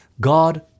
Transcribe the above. God